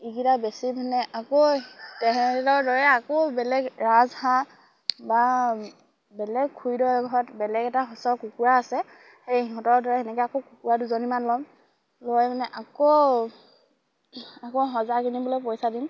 ইকিটা বেছি মানে আকৌ তেহেঁতৰ দৰে আকৌ বেলেগ ৰাজহাঁহ বা বেলেগ খুইদৰ এঘৰত বেলেগ এটা সঁচৰ কুকুৰা আছে সেই সিহঁতৰ দৰে সেনেকে আকৌ কুকুৰা দুজনীমান ল'ম লৈ মানে আকৌ আকৌ সজা কিনিবলে পইচা দিম